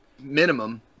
minimum